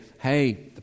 hey